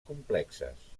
complexes